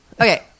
Okay